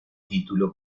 título